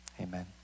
Amen